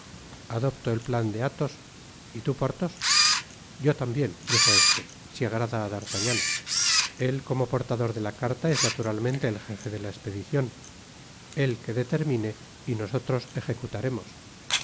adopto el plan de athos y tú porthos yo tambien dijo este si agrada á d'artagnan él como portador de la carta es naturalmente el gefe de la espedicion él que determine y nosotros ejecutaremos y